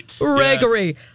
Gregory